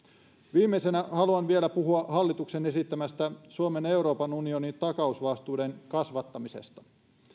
viimeisenä haluan vielä puhua hallituksen esittämästä suomen euroopan unionin takausvastuiden kasvattamisesta